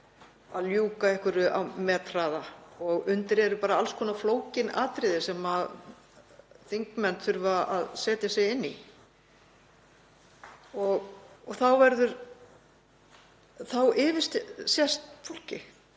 að ljúka einhverju á methraða og undir eru alls konar flókin atriði sem þingmenn þurfa að setja sig inn í. Þá yfirsést fólki